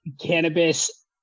cannabis